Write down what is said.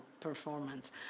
performance